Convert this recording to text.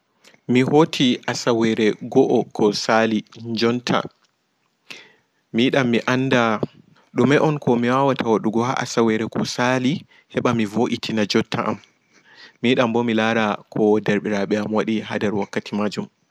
Mi hooti asawere go'o ko saali jonta mi yiɗan mi anda ɗume on komi wawa ta waɗugo ha asawere ko saali heɓa mi woitina jotta am mi yiɗan bo milara ko deer ɗi raaɓe am waɗi ha deer wakkati maajum.